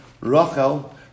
Rachel